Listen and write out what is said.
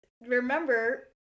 remember